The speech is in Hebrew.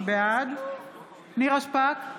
בעד נירה שפק,